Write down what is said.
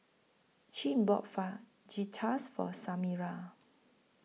Chin bought Fajitas For Samira